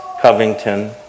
Covington